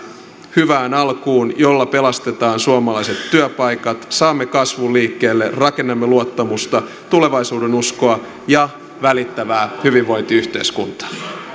hyvään alkuun jolla pelastetaan suomalaiset työpaikat saamme kasvun liikkeelle rakennamme luottamusta tulevaisuudenuskoa ja välittävää hyvinvointiyhteiskuntaa